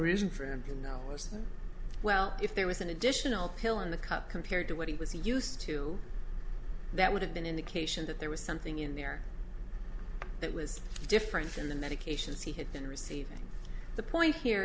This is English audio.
reason for him to know as well if there was an additional pill in the cup compared to what he was used to that would have been indication that there was something in there that was different than the medications he had been receiving the point here